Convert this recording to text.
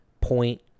point